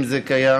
אם זה קיים.